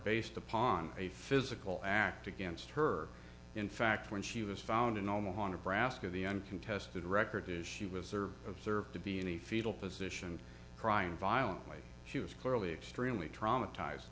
based upon a physical act against her in fact when she was found in omaha nebraska the uncontested record is she was served of serve to be any fetal position crying violently she was clearly extremely traumatized